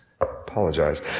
Apologize